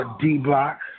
D-Block